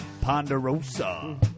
Ponderosa